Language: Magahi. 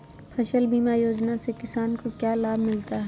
फसल बीमा योजना से किसान को क्या लाभ मिलता है?